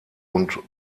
und